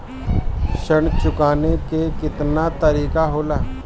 ऋण चुकाने के केतना तरीका होला?